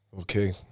Okay